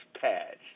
PADS